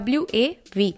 wav